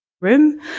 Room